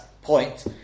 Point